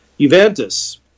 Juventus